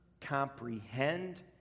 comprehend